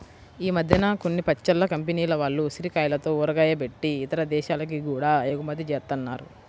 ఈ మద్దెన కొన్ని పచ్చళ్ళ కంపెనీల వాళ్ళు ఉసిరికాయలతో ఊరగాయ బెట్టి ఇతర దేశాలకి గూడా ఎగుమతి జేత్తన్నారు